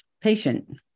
patient